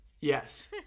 Yes